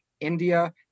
India